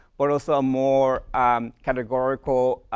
or also a more categorical